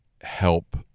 help